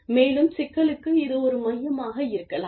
மேலும் சிக்கலுக்கு இது ஒரு மையமாக இருக்கலாம்